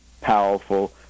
powerful